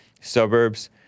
suburbs